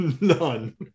None